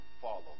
follow